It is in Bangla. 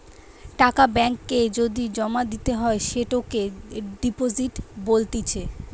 টাকা ব্যাঙ্ক এ যদি জমা দিতে হয় সেটোকে ডিপোজিট বলতিছে